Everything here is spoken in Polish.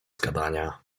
gadania